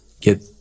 get